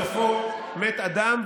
בסופו מת אדם,